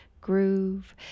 groove